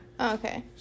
okay